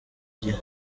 gihe